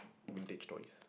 vintage toys